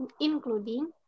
including